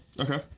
Okay